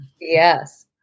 Yes